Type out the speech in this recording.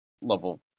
level